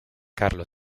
carlo